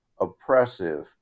oppressive